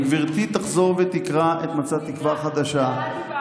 וגברתי תחזור ותקרא את מצע תקווה חדשה.